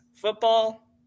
Football